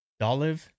Dolive